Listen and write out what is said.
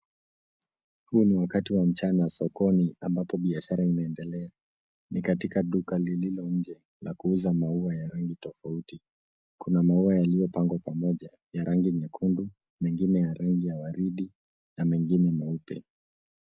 Huu ni wakati wa mchana sokoni ambapo biashara inaendelea. Ni katika duka lililo nje la kuuza maua ya rangi tofauti. Kuna maua yaliyopangwa pamoja ya rangi nyekundu, ,mengine ya rangi ya waridi, na mengine meupe.